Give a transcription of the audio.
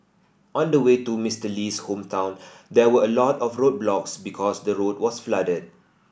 on the way to Mister Lee's hometown there were a lot of roadblocks because the road was flooded